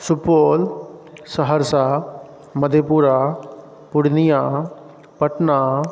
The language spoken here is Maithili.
सुपौल सहरसा मधेपुरा पूर्णिया पटना